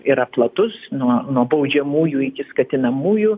yra platus nuo nuo baudžiamųjų iki skatinamųjų